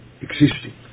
existing